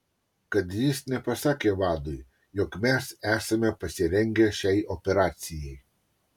kad jis nepasakė vadui jog mes esame pasirengę šiai operacijai